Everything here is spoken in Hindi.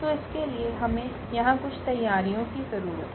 तो इसके लिए हमें यहां कुछ तैयारियों की जरूरत है